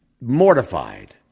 mortified